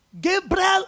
Gabriel